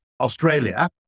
Australia